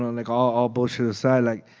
like all all bullshit aside, like,